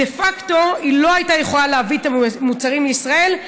דה פקטו היא לא הייתה יכולה להביא את המוצרים לישראל.